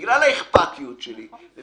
בגלל האכפתיות שלי- -- נכון.